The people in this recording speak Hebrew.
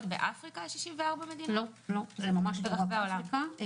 לא, לא, זה ברחבי העולם.